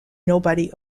nobody